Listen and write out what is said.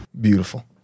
Beautiful